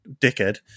dickhead